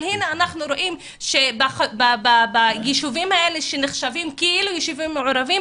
הנה אנחנו רואים שביישובים האלה שנחשבים כאילו יישובים מעורבים,